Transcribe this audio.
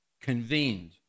convened